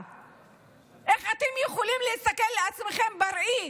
איך אתם יכולים להסתכל על עצמכם בראי?